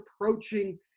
approaching